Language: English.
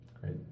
Great